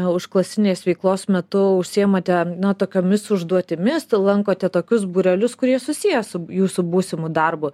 užklasinės veiklos metu užsiimate na tokiomis užduotimis lankote tokius būrelius kurie susiję su jūsų būsimu darbu